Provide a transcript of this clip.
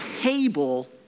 table